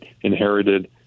inherited